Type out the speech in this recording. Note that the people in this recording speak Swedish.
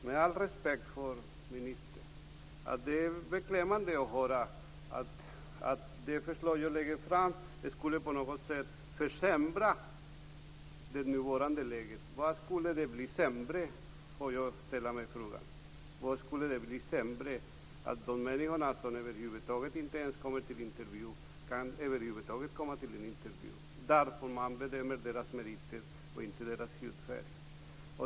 Med all respekt för ministern tycker jag att det är beklämmande att höra att det förslag jag lägger fram på något sätt skulle försämra det nuvarande läget. Jag ställer mig frågan hur det skulle kunna bli sämre om de människor som inte ens kommer till intervju faktiskt skulle göra det på grund av att man bedömde deras meriter och inte deras hudfärg.